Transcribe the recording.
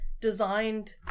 designed